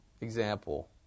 example